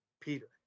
Peter